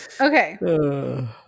Okay